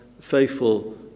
faithful